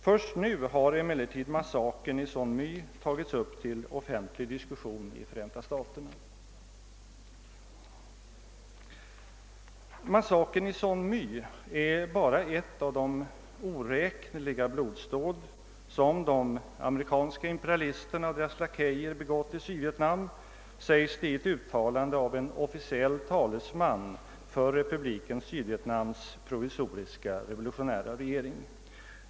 Först nu har emellertid massakern i Song My tagits upp till offentlig diskussion i Förenta staterna. Massakern i Song My är bara ett av oräkneliga blodsdåd som de amerikanska imperialisterna och deras lakejer begått i Sydvietnam, sägs det i ett uttalande av en officiell talesman för Republiken Sydvietnams provisoriska revolutionära regering.